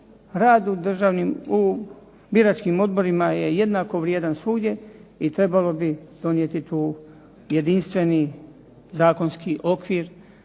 Rad u biračkim odborima je jednako vrijedan svugdje i trebalo bi donijeti taj jedinstveni zakonski okvir,